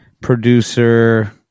producer